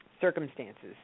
circumstances